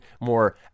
more